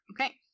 Okay